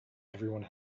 everyone